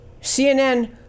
CNN